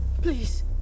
Please